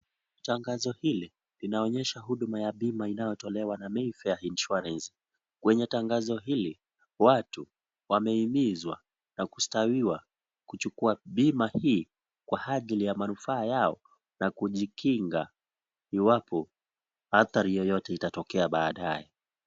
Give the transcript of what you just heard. Tangazo hili linaonyesha huduma ya bima inayotolewa na Mayfair Insurance. Kwenye tangazo hili watu wamehimizwa na kustawiwa kuchukua bima hii kwa adili ya manaufaa ya na kujikinga iwapo hatari yoyote itatokea baadaye.